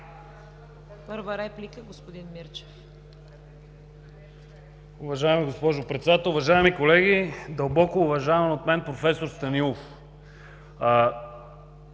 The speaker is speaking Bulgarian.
Първа реплика – господин Мирчев.